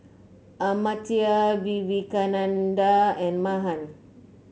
Amartya Vivekananda and Mahan